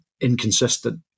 inconsistent